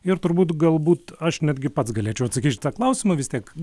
ir turbūt galbūt aš netgi pats galėčiau atsakyt į šitą klausimą vis tiek